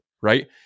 right